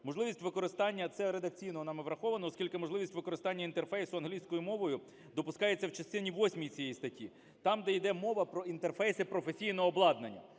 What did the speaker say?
Можливість використання - це редакційно нами враховано, оскільки можливість використання інтерфейсу англійською мовою допускається в частині восьмій цієї статті, там, де йде мова про інтерфейси професійного обладнання.